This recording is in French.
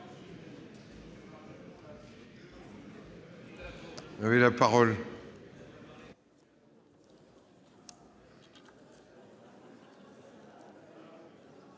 vous avez la parole